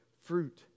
fruit